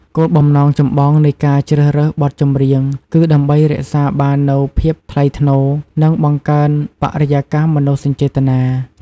គោលបំណងចម្បងនៃការជ្រើសរើសបទចម្រៀងគឺដើម្បីរក្សាបាននូវភាពថ្លៃថ្នូរ និងបង្កើនបរិយាកាសមនោសញ្ចេតនា។